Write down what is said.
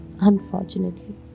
unfortunately